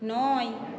নয়